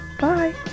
Bye